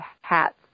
hats